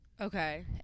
Okay